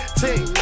team